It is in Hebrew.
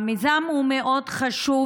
המיזם הוא מאוד חשוב,